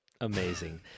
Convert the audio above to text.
Amazing